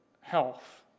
health